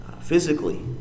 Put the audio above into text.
physically